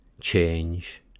change